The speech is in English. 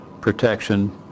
protection